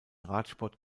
radsport